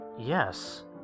Yes